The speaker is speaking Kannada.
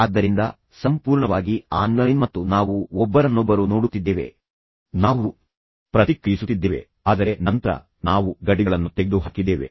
ಆದ್ದರಿಂದ ಸಂಪೂರ್ಣವಾಗಿ ಆನ್ಲೈನ್ ಮತ್ತು ನಾವು ಒಬ್ಬರನ್ನೊಬ್ಬರು ನೋಡುತ್ತಿದ್ದೇವೆ ನಾವು ಪ್ರತಿಕ್ರಿಯಿಸುತ್ತಿದ್ದೇವೆ ಆದರೆ ನಂತರ ನಾವು ಗಡಿಗಳನ್ನು ತೆಗೆದುಹಾಕಿದ್ದೇವೆ